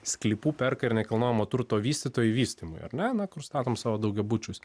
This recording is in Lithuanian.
sklypų perka ir nekilnojamo turto vystytojai vystymui ar ne nu kur statom savo daugiabučius